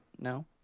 No